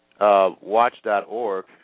Watch.org